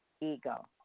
ego